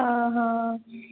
हँ